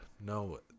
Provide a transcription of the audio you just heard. No